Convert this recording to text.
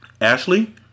Ashley